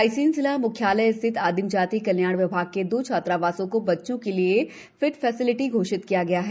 रायसेन जिला म्ख्यालय स्थित आदिम जाति कल्याण विभाग के दो छात्रावासों को बच्चों के लिए फिट फैसिलिटी घोषित किया गया है